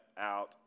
out